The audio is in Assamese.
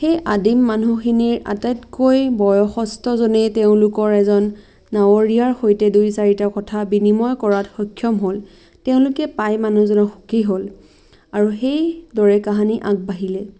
সেই আদিম মানুহখিনিৰ আটাইতকৈ বয়সস্থজনেই তেওঁলোকৰ এজন নাৱৰীয়াৰ সৈতে দুই চাৰিটা কথা বিনিময় কৰাত সক্ষম হ'ল তেওঁলোকে পাই মানুহজনক সুখী হ'ল আৰু সেইদৰে কাহিনী আগবাঢ়িলে